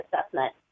assessment